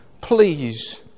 please